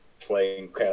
playing